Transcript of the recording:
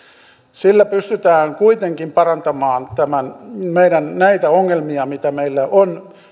sillä pystytään kuitenkin parantamaan näitä meidän ongelmia mitä meillä on